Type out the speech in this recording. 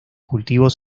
cultivos